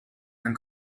and